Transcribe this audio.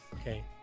Okay